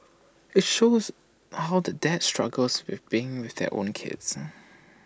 IT shows how the dads struggles with being with their own kids